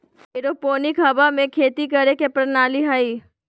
aeroponic हवा में खेती करे के प्रणाली हइ